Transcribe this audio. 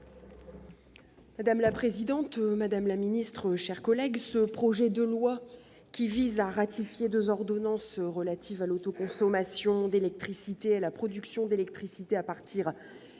Madame la présidente, madame la ministre, mes chers collègues, ce projet de loi, qui vise à ratifier deux ordonnances relatives à l'autoconsommation d'électricité et à la production d'électricité à partir